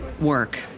work